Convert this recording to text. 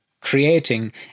creating